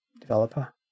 developer